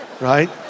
right